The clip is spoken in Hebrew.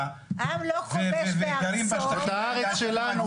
--- עם לא כובש בארצו --- זאת הארץ שלנו,